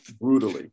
brutally